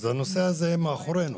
הנושא הזה מאחורינו.